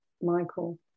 Michael